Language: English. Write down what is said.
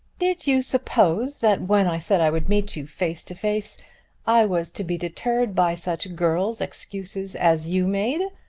did you suppose that when i said i would meet you face to face i was to be deterred by such girl's excuses as you made?